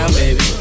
baby